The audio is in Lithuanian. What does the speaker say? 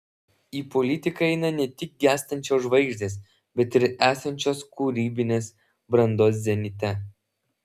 į politiką eina ne tik gęstančios žvaigždės bet ir esančios kūrybinės brandos zenite